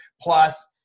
Plus